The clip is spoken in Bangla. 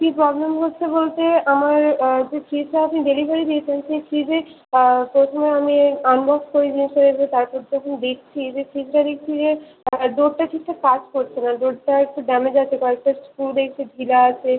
কী প্রবলেম হচ্ছে বলতে আমার যে ফিজটা আপনি ডেলিভারি দিয়েছেন সেই ফ্রিজে প্রথমে আমি আনবক্স করি জিনিসটাকে তারপর যখন দেখছি যে ফ্রিজটা দেখছি যে ডোরটা ঠিকঠাক কাজ করছে না ডোরটা একটু ড্যামেজ আছে কয়েকটা স্ক্রু একটু ঢিলা আছে